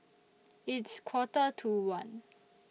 its Quarter to one